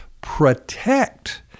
Protect